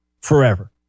forever